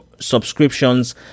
subscriptions